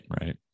right